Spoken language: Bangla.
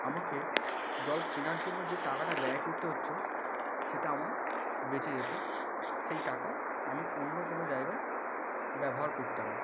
আমাকে জল কেনার জন্য যে টাকাটা ব্যয় করতে হচ্ছে সেটা আমার বেঁচে যেত সেই টাকা আমি অন্য কোনো জায়গায় ব্যবহার করতাম